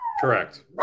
Correct